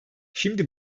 şimdi